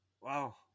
wow